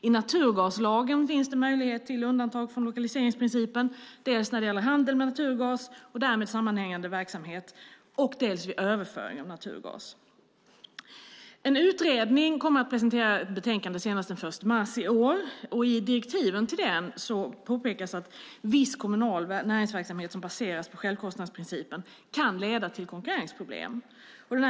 I naturgaslagen finns möjlighet till undantag från lokaliseringsprincipen, dels när det gäller handel med naturgas och därmed sammanhängande verksamhet, dels vid överföring av naturgas. En utredning kommer att presentera ett betänkande senast den 1 mars i år. I direktiven påpekas att viss kommunal näringsverksamhet som baseras på självkostnadsprincipen kan leda till konkurrensproblem.